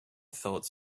thought